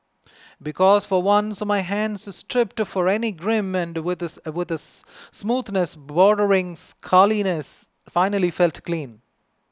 because for once my hands stripped for any grime and smoothness bordering scaliness finally felt clean